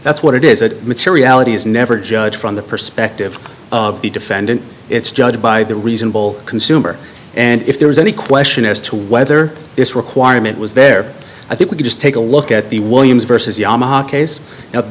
that's what it is a materiality is never judge from the perspective of the defendant it's judged by the reasonable consumer and if there is any question as to whether this requirement was there i think we could just take a look at the williams vs yamaha case